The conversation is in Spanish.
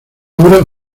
obra